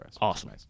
Awesome